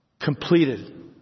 Completed